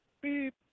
Beep